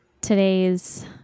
today's